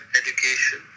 education